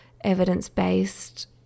evidence-based